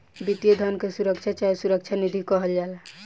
वित्तीय धन के सुरक्षा चाहे सुरक्षा निधि कहल जाला